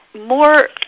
more